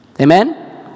amen